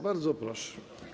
Bardzo proszę.